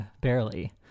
barely